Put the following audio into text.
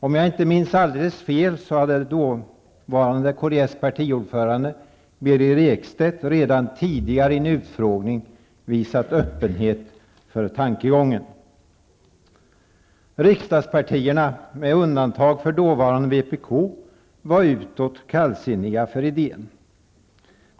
Om jag inte minns alldeles fel hade kds dåvarande partiordförande Birger Ekstedt redan tidigare i en utfrågning visat öppenhet för den tankegången. Riksdagspartierna, med undantag för dåvarande vpk, var utåt kallsinniga till idén.